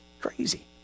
crazy